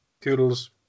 Toodles